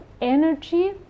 energy